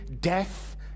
death